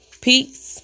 Peace